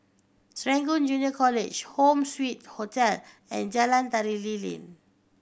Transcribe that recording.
Serangoon Junior College Home Suite Hotel and Jalan Tari Lilin